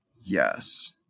yes